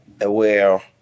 aware